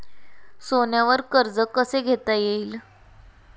सोन्यावर कर्ज कसे घेता येईल?